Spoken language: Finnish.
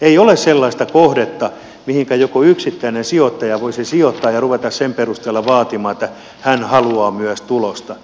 ei ole sellaista kohdetta mihinkä joku yksittäinen sijoittaja voisi sijoittaa ja ruveta sen perusteella vaatimaan että hän haluaa myös tulosta